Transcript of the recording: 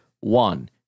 one